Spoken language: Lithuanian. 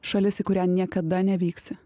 šalis į kurią niekada nevyksi